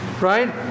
right